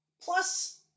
Plus